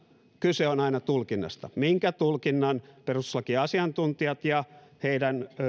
kyse on aina tulkinnasta minkä tulkinnan perustuslakiasiantuntijat ja heidän